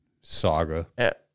saga